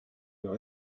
leur